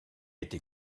été